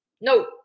no